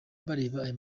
aya